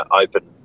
open